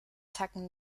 tacken